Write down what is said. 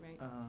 Right